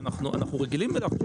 שאנחנו רגילים אליו,